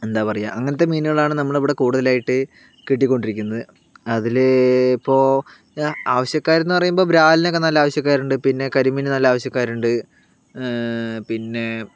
എന്താ പറയുക അങ്ങനത്തെ മീനുകളാണ് നമ്മള് ഇവിടെ കൂടുതലായിട്ട് കിട്ടിക്കൊണ്ടിരിക്കുന്നത് അതില് ഇപ്പൊൾ ആവശ്യക്കാർ എന്നു പറയുമ്പോൾ ബ്രാലിനെയൊക്കെ നല്ല ആവശ്യക്കാരുണ്ട് പിന്നെ കരിമീനിനെ നല്ല ആവശ്യക്കാരുണ്ട് പിന്നെ